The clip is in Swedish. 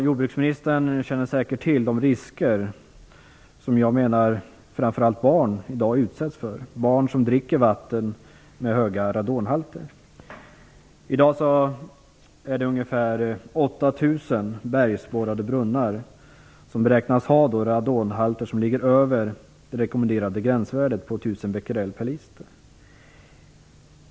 Jordbruksministern känner säkert till de risker som jag menar att framför allt barnen i dag utsätts för, barn som dricker vatten med höga radonhalter. I dag är det ungefär 8 000 bergsborrade brunnar som beräknas ha radonhalter som ligger över det rekommenderade gränsvärdet på 1 000 becquerel per liter.